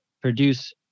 produce